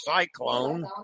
Cyclone